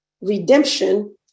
redemption